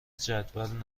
جدول